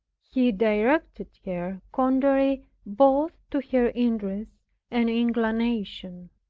he directed her contrary both to her interests and inclination.